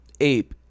ape